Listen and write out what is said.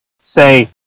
say